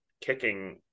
kicking